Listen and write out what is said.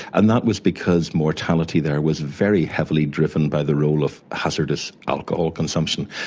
and that was because mortality there was very heavily driven by the role of hazardous alcohol consumption,